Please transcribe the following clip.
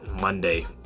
Monday